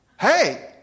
hey